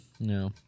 No